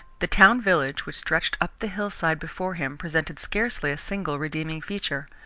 the town-village which stretched up the hillside before him presented scarcely a single redeeming feature.